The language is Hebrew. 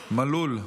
ארז מלול,